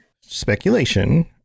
Speculation